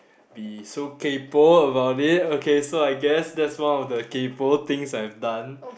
be so kaypoh about it okay so I guess that's one of the kaypoh things I have done